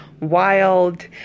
Wild